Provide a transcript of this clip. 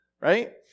right